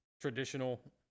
traditional